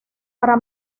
para